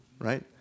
right